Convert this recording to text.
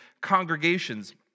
congregations